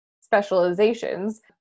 specializations